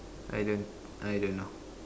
I don't I don't know